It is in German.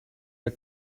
der